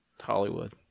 Hollywood